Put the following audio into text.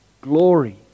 glory